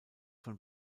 von